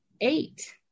eight